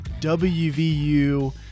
WVU